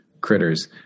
critters